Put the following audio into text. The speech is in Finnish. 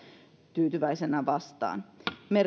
tyytyväisenä vastaan